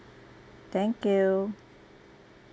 thank you